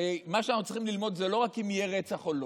הרי מה שאנחנו צריכים ללמוד זה לא רק אם יהיה רצח או לא.